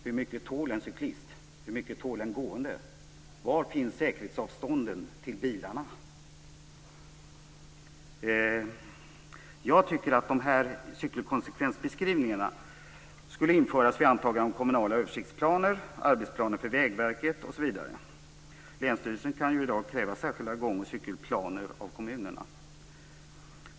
Hur mycket tål en cyklist, hur mycket tål en gående? Var finns säkerhetsavstånden till bilarna? Jag tycker att cykelkonsekvensbeskrivningarna skulle införas vid antagande av kommunala översiktsplaner, arbetsplaner för Vägverket osv. Länsstyrelsen kan i dag kräva särskilda gång och cykelplaner av kommunerna.